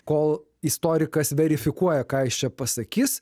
kol istorikas verifikuoja ką jis čia pasakys